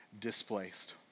displaced